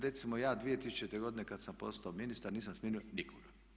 Recimo ja 2000. godine kada sam postao ministar nisam smijenio nikoga.